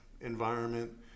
environment